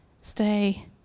stay